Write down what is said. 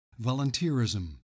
volunteerism